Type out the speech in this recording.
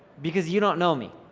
because you don't know me.